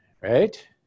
right